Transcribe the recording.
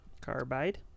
carbide